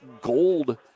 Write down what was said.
gold